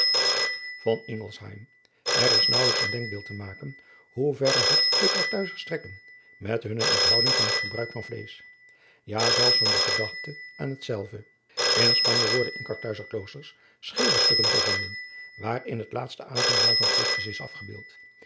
r is naauwelijks een denkbeeld te maken hoe verre het de arthuizers trek driaan oosjes zn et leven van aurits ijnslager ken met hunne onthouding van het gebruik van vleesch ja zelfs van de gedachte aan hetzelve n panje worden in arthuizer kloosters schilderstukken gevonden waarin het laatste avondmaal van is afgebeeld